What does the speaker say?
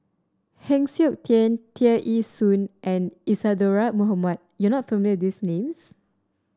Heng Siok Tian Tear Ee Soon and Isadhora Mohamed you are not familiar these names